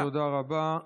תודה רבה.